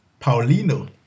Paulino